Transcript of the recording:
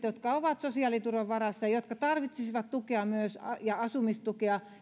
jotka ovat sosiaaliturvan varassa jotka tarvitsisivat myös asumistukea